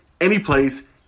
anyplace